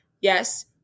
Yes